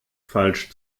falsch